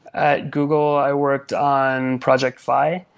at google i worked on project fi.